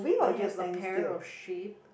I have a pair of sheep